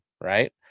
right